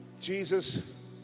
Jesus